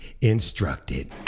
instructed